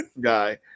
guy